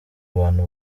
abantu